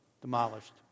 demolished